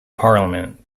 parliament